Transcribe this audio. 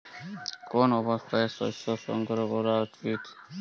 কোন অবস্থায় শস্য সংগ্রহ করা উচিৎ?